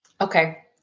Okay